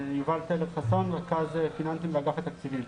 יובל טלר חסון, מרכז פיננסים באגף התקציבים.